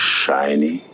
shiny